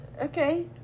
Okay